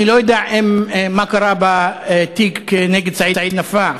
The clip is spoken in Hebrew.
אני לא יודע מה קרה בתיק נגד סעיד נפאע,